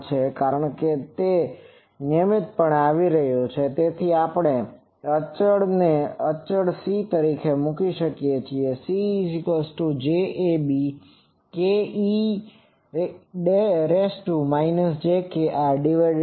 કારણ કે તે નિયમિતપણે આવી રહ્યું છે તેથી આપણે તે અચળને અચળ C તરીકે મૂકી શકીએ છીએ